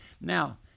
Now